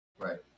Right